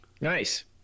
Nice